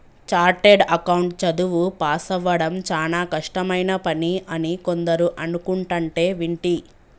chartered account చదువు పాసవ్వడం చానా కష్టమైన పని అని కొందరు అనుకుంటంటే వింటి